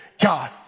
God